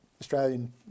Australian